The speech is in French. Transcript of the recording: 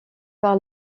par